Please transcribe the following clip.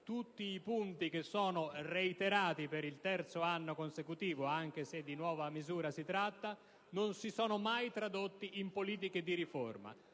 Tutti i punti che sono reiterati per il terzo anno consecutivo, anche se di nuova misura si tratta, non si sono mai tradotti in politiche di riforma.